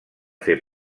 fer